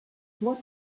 what